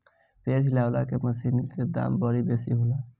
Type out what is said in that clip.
पेड़ हिलौना मशीन के दाम बड़ी बेसी होला